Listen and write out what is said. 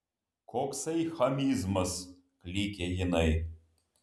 koksai chamizmas klykia jinai